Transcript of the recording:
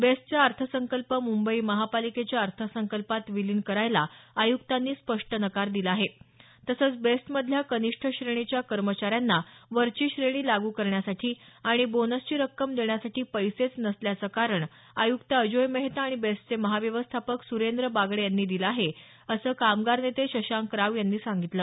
बेस्टचा अर्थसंकल्प मुंबई महापालिकेच्या अर्थसंकल्पात विलीन करायला आय्क्तांनी स्पष्ट नकार दिला आहे तसंच बेस्टमधल्या कनिष्ठ श्रेणीच्या कर्मचाऱ्यांना वरची श्रेणी लागू करण्यासाठी आणि बोनसची रक्कम देण्यासाठी पैसेच नसल्याचं कारण आय्क्त अजोय मेहता आणि बेस्टचे महाव्यवस्थापक सुरेंद्र बागडे यांनी दिलं आहे असं कामगार नेते शशांक राव यांनी सांगितलं